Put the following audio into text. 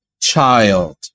child